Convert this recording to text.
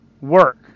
work